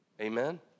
Amen